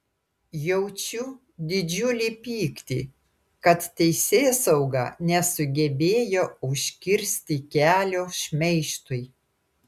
jaučiu didžiulį pyktį kad teisėsauga nesugebėjo užkirsti kelio šmeižtui